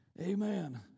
Amen